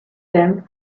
them